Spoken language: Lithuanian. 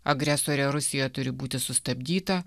agresorė rusija turi būti sustabdyta